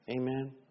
Amen